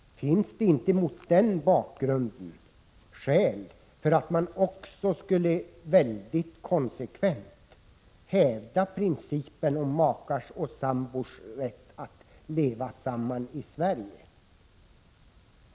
Finns det mot den bakgrunden inte skäl för regeringen att konsekvent hävda principen om makars och sambors rätt att leva tillsammans i Sverige?